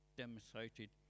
demonstrated